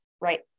right